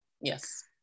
Yes